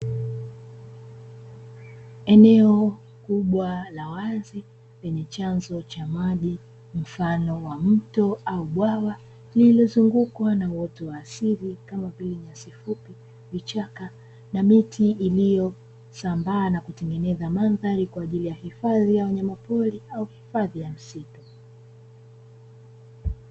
Eneo kubwa la wazi lenye chanzo cha maji, mfano wa mto au bwawa, lililozungukwa na uoto wa asili kama vile nyasi fupi, vichaka, na miti iliyosambaa na kutengeneza mandhari, kwa ajili ya hifadhi ya wanyama pori au hifadhi ya msitu.